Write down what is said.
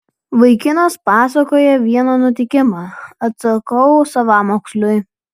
vaikinas pasakoja vieną nutikimą atsakau savamoksliui